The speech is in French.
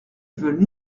veulent